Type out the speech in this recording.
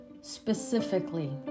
specifically